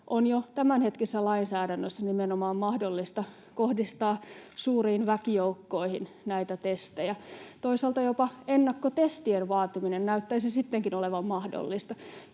on jo tämänhetkisessä lainsäädännössä nimenomaan mahdollista kohdistaa suuriin väkijoukkoihin näitä testejä. Toisaalta jopa ennakkotestien vaatiminen näyttäisi sittenkin olevan mahdollista.